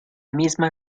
misma